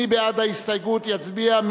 מי בעד ההסתייגות, יצביע.